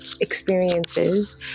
experiences